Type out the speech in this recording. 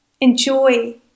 Enjoy